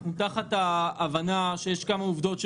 אנחנו תחת ההבנה שיש כמה עובדות,